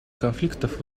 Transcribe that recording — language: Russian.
конфликтов